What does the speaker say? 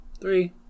Three